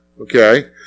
okay